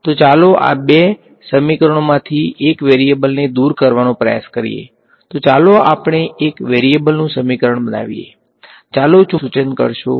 તો ચાલો આ બે સમીકરણોમાંથી એક વેરીએબલ્સને દૂર કરવાનો પ્રયાસ કરીએ તો ચાલો આપણે એક વેરીએબલ્સનું સમીકરણ બનાવીએ ચાલો ચુંબકીય ક્ષેત્ર ને દૂર કરીએ